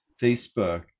Facebook